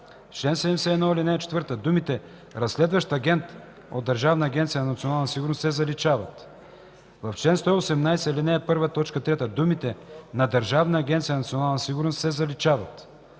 В чл. 71, ал. 4 думите „разследващ агент от Държавна агенция „Национална сигурност” се заличават. 3. В чл. 118, ал. 1, т. 3 думите „на Държавна агенция „Национална сигурност” се заличават.